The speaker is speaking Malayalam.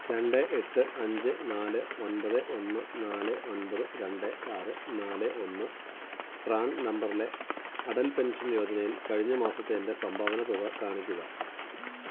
രണ്ട് എട്ട് അഞ്ച് നാല് ഒൻപത് ഒന്ന് നാല് ഒൻപത് രണ്ട് ആറ് നാല് ഒന്ന് പ്രാൻ നമ്പറിലെ അഡൽ പെൻഷൻ യോജനയിൽ കഴിഞ്ഞ മാസത്തെ എൻ്റെ സംഭാവന തുക കാണിക്കുക